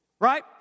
right